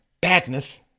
badness